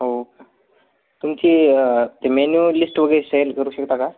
हो का तुमची ते मेन्यू लिस्ट वगैरे सेंड करू शकता का